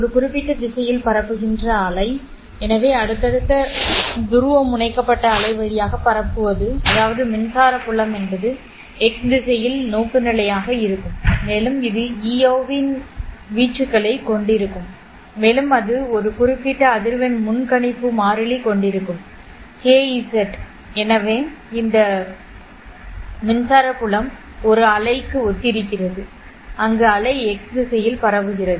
ஒரு குறிப்பிட்ட திசையில் பரப்புகின்ற அலை எனவே அடுத்த துருவமுனைக்கப்பட்ட அலை வழியாகப் பரப்புவது அதாவது மின்சார புலம் என்பது x திசையில் நோக்குநிலையாக இருக்கும் மேலும் இது ஈயோவின் வீச்சுகளைக் கொண்டிருக்கும் மேலும் அது ஒரு குறிப்பிட்ட அதிர்வெண் முன்கணிப்பு மாறிலி கொண்டிருக்கும் kz எனவே இந்த rticular மின்சார புலம் ஒரு அலை அலைக்கு ஒத்திருக்கிறது அங்கு அலை x திசையில் பரவுகிறது